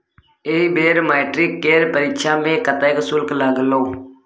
एहि बेर मैट्रिक केर परीक्षा मे कतेक शुल्क लागलौ?